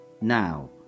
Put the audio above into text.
now